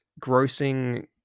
grossing